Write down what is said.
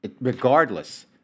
regardless